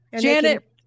Janet